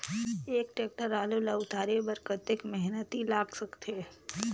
एक टेक्टर आलू ल उतारे बर कतेक मेहनती लाग सकथे?